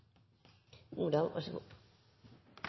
så vær så god.